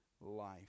life